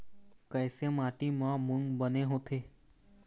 कइसे माटी म मूंग बने होथे?